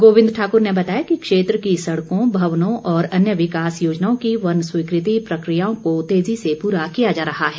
गोविंद ठाकुर ने बताया कि क्षेत्र की सड़कों भवनों और अन्य विकास योजनाओं की वन स्वीकृति प्रक्रियाओं को तेज़ी से पूरा किया जा रहा है